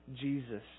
Jesus